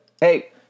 Hey